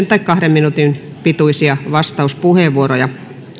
tai kahden minuutin pituisia vastauspuheenvuoroja